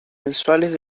mensuales